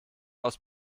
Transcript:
aus